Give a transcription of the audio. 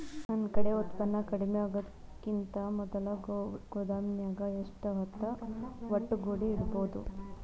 ನನ್ ಕಡೆ ಉತ್ಪನ್ನ ಕಡಿಮಿ ಆಗುಕಿಂತ ಮೊದಲ ಗೋದಾಮಿನ್ಯಾಗ ಎಷ್ಟ ಹೊತ್ತ ಒಟ್ಟುಗೂಡಿ ಇಡ್ಬೋದು?